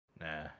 Nah